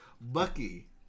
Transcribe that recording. Bucky